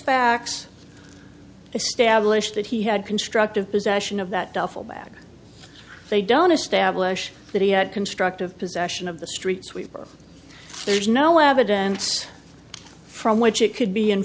established that he had constructive possession of that duffel bag they don't establish that he had constructive possession of the street sweeper there's no evidence from which it could be